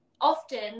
often